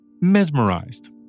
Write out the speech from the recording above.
Mesmerized